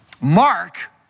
Mark